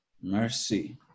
Mercy